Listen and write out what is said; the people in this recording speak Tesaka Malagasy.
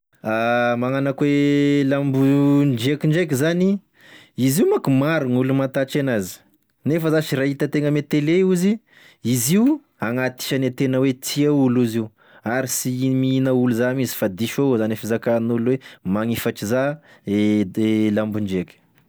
Magnano akoa e lambon- driaky ndraiky zany, izy io manko maro gn' olo matatry en'azy, nefa zash raha hitantegna ame tele io izy, izy io agnaty isany tena hoe tia olo izy io, ary sy i- mihina olo zany izy fa diso avao zany e fizakan'olo hoe magnifatry za e- lambondriaky.